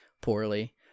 poorly